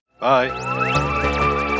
Bye